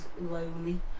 lonely